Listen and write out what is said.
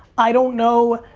i don't know,